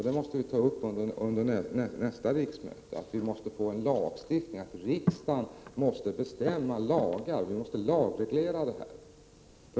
Vi måste ta upp frågan under nästa riksmöte så att vi kan få en lagstiftning om detta. Vi måste lagreglera.